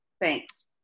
Thanks